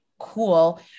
cool